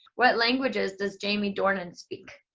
what languages does jamie dornan speak?